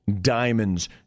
diamonds